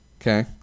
okay